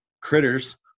critters